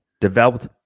developed